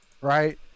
right